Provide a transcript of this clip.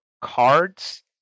cards